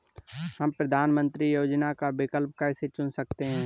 हम प्रधानमंत्री योजनाओं का विकल्प कैसे चुन सकते हैं?